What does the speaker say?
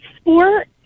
sport